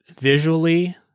visually